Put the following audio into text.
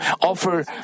offer